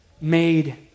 made